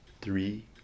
three